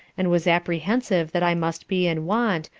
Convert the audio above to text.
and was apprehensive that i must be in want,